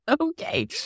Okay